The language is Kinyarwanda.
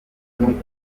n’ukuntu